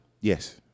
Yes